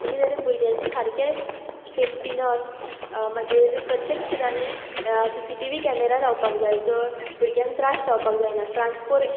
एके तरेन भुरग्याची सारकेंच सेफ्टीनेस मागीर प्रत्येक स्कुलांनी सीसीटीवी कॅमेरा लावपाक जाय जंय भुरग्यांक त्रास जावपाक जायना ट्रांसफोर